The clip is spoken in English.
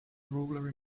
ruler